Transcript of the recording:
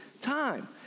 time